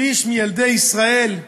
שליש מילדי ישראל,